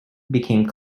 became